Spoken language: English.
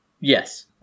Yes